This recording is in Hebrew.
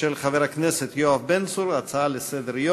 של חבר הכנסת יואב בן צור בהצעה לסדר-היום.